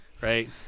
right